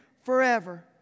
forever